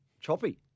Choppy